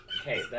Okay